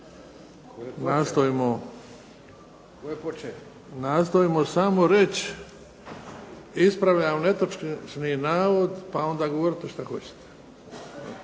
nastojmo samo reći ispravljam netočni navod, pa onda govorite šta hoćete.